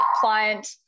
client